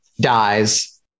dies